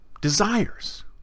desires